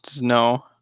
no